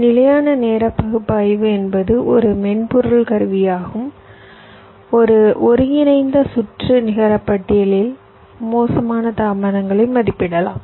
நிலையான நேர பகுப்பாய்வு என்பது ஒரு மென்பொருள் கருவியாகும் ஒரு ஒருங்கிணைந்த சுற்று நிகரப்பட்டியலில் மோசமான தாமதங்களை மதிப்பிடலாம்